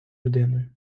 людиною